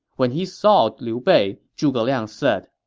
when he saw liu bei, zhuge liang said,